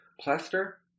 plaster